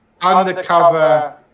undercover